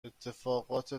اتفاقات